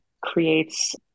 creates